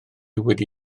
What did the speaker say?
wedi